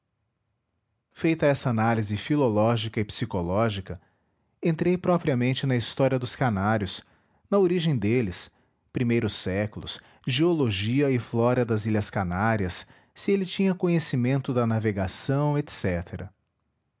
feita essa análise filológica e psicológica entrei propriamente na história dos canários na origem deles primeiros séculos geologia e flora das ilhas canárias se ele tinha conhecimento da navegação